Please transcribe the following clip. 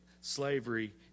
slavery